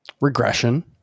regression